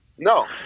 No